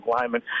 lineman